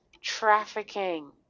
trafficking